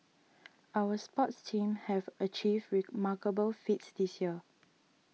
our sports teams have achieved remarkable feats this year